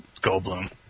Goldblum